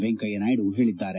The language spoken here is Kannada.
ವೆಂಕಯ್ಯ ನಾಯ್ನ ಹೇಳಿದ್ದಾರೆ